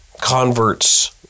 converts